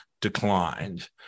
declined